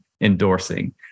endorsing